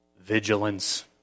vigilance